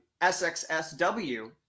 SXSW